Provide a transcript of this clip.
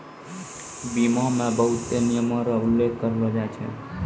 बीमा मे बहुते नियमो र उल्लेख करलो जाय छै